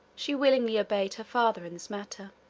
she willingly obeyed her father in this matter.